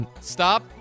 stop